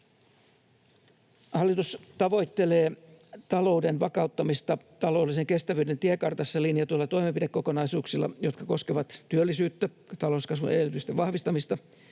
Hallitus tavoittelee talouden vakauttamista taloudellisen kestävyyden tiekartassa linjatuilla toimenpidekokonaisuuksilla, jotka koskevat työllisyyttä, talouskasvun edellytysten vahvistamista,